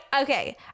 okay